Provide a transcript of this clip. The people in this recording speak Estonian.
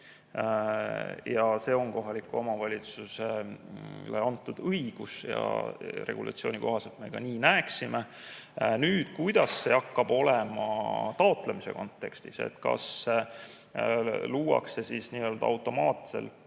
See on kohalikule omavalitsusele antud õigus ja regulatsiooni kohaselt me ka nii näeksime. Nüüd, kuidas see hakkab olema taotlemise kontekstis? Kas luuakse automaatselt